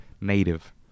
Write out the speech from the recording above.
native